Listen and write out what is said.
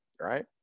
right